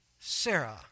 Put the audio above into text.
Sarah